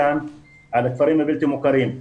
על הכפרים הבדואים המוכרים.